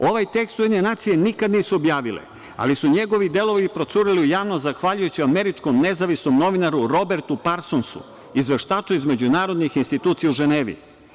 Ovaj tekst UN nikad nisu objavile, ali su njegovi delovi procureli u javnost zahvaljujući američkom nezavisnom novinaru Robertu Parsonsu, izveštaču iz međunarodnih institucija u Ženevi.